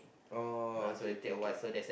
oh okay okay okay